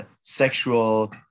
sexual